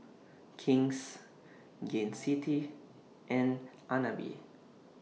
King's Gain City and Agnes B